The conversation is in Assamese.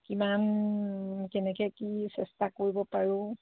কিমান কেনেকৈ কি চেষ্টা কৰিব পাৰোঁ